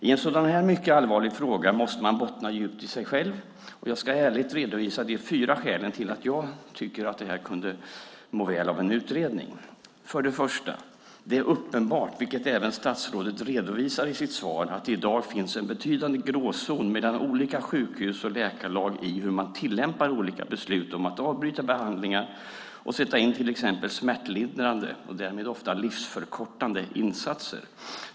I en sådan här mycket allvarlig fråga måste man bottna djupt i sig själv. Jag ska ärligt redovisa de fyra skälen till att jag tycker att det här kunde må väl av en utredning. För det första är det uppenbart, vilket även statsrådet redovisar i sitt svar, att det i dag finns en betydande gråzon mellan olika sjukhus och läkarlag när det gäller hur man tillämpar olika beslut om att avbryta behandlingar och sätta in till exempel smärtlindrande och därmed ofta livsförkortande insatser.